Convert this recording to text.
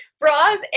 Bras